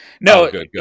No